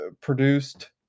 produced